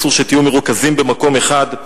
אסור שתהיו מרוכזים במקום אחד.